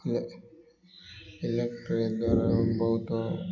ଇଲେ electric ଦ୍ୱାରା ବହୁତ